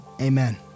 Amen